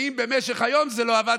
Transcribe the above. ואם במשך היום זה לא עבד,